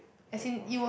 that kind of shit